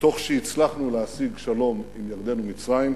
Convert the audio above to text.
תוך שהצלחנו להשיג שלום עם ירדן ומצרים,